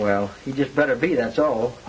well you just better be that's all